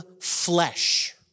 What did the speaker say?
flesh